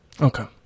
Okay